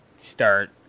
start